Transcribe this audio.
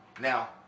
Now